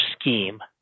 scheme